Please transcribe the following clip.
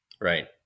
Right